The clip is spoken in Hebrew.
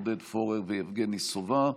עודד פורר ויבגני סובה.